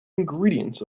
ingredients